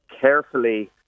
carefully